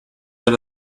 had